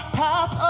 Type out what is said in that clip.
pass